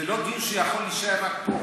זה לא דיון שיכול להישאר רק פה,